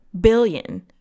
Billion